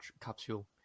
capsule